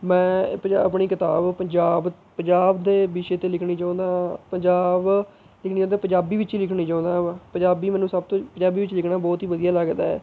ਮੈਂ ਪੰਜਾ ਆਪਣੀ ਕਿਤਾਬ ਪੰਜਾਬ ਪੰਜਾਬ ਦੇ ਵਿਸ਼ੇ 'ਤੇ ਲਿਖਣੀ ਚਾਹੁੰਦਾ ਹਾਂ ਪੰਜਾਬ ਲਿਖਣੀ ਚਾਹੁੰਦਾ ਪੰਜਾਬੀ ਵਿੱਚ ਹੀ ਲਿਖਣੀ ਚਾਹੁੰਦਾ ਹਾਂ ਵਾ ਪੰਜਾਬੀ ਮੈਨੂੰ ਸਭ ਤੋਂ ਪੰਜਾਬੀ ਵਿੱਚ ਲਿਖਣਾ ਬਹੁਤ ਹੀ ਵਧੀਆ ਲੱਗਦਾ ਹੈ